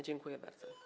Dziękuję bardzo.